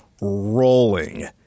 rolling